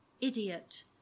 idiot